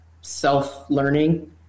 self-learning